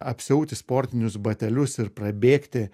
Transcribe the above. apsiauti sportinius batelius ir prabėgti